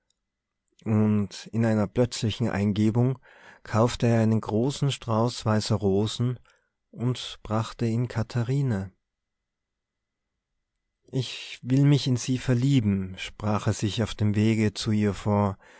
und in einer plötzlichen eingebung kaufte er einen großen strauß weißer rosen und brachte ihn katharine ich will mich in sie verlieben sprach er sich auf dem wege zu ihr vor